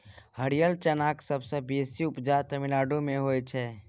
हरियर चनाक सबसँ बेसी उपजा तमिलनाडु मे होइ छै